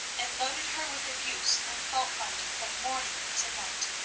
and loaded her with abuse and fault-finding from morning to night.